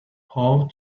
how